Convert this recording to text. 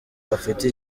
afite